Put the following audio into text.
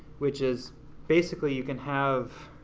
which is basically you can have